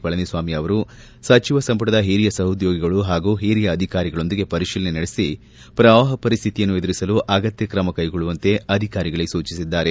ಪಳಿನಿಸ್ನಾಮಿ ಅವರು ಸಚಿವ ಸಂಪುಟದ ಹಿರಿಯ ಸಹದ್ಲೋಗಿಗಳು ಹಾಗೂ ಹಿರಿಯ ಅಧಿಕಾರಿಗಳೊಂದಿಗೆ ಪರಿಶೀಲನೆ ನಡೆಸಿ ಪ್ರವಾಹ ಪರಿಸ್ವಿತಿಯನ್ನು ಎದುರಿಸಲು ಅಗತ್ತ ಕ್ರಮ ಕೈಗೊಳ್ಳುವಂತೆ ಅಧಿಕಾರಿಗಳಿಗೆ ಸೂಚಿಸಿದ್ದಾರೆ